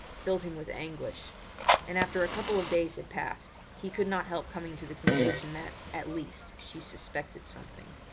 filled him with anguish and after a couple of days had passed, he could not help coming to the conclusion that, at least, she suspected something.